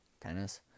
tennis